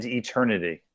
eternity